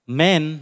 men